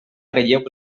relleu